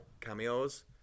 cameos